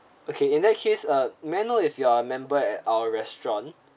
okay in that case uh may I know if you are a member at our restaurant